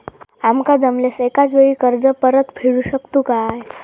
आमका जमल्यास एकाच वेळी कर्ज परत फेडू शकतू काय?